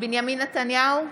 בנימין נתניהו,